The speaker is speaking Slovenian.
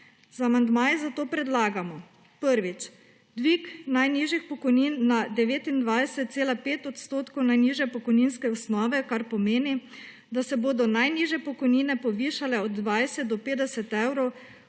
Z amandmaji zato predlagamo, prvič, dvig najnižjih pokojnin na 29,5 % najnižje pokojninske osnove, kar pomeni, da se bodo najnižje pokojnine povišale za od 20 do 50 evrov